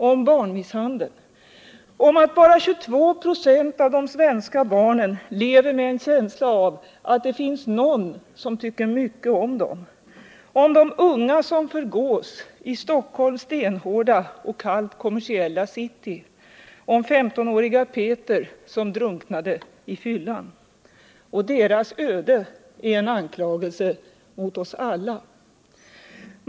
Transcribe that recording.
Om barnmisshandeln, om att bara 22 26 av de svenska barnen lever med en känsla av att det finns någon som tycker mycket om dem, om unga som förgås i Stockholms stenhårda och kallt kommersiella city, om 15-åriga Peter som drunknade i fyllan. Deras öde är en anklagelse mot oss alla.